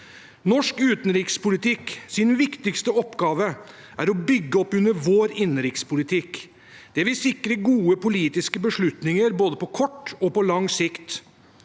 Norsk utenrikspolitikks viktigste oppgave er å bygge opp under vår innenrikspolitikk. Det vil sikre gode politiske beslutninger, både på kort og på lang sikt.